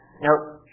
Nope